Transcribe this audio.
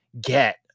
get